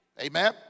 Amen